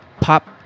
pop